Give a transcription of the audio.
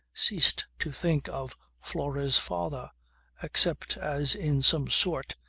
ceased to think of flora's father except, as in some sort,